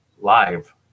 live